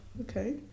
Okay